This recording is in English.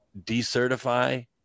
decertify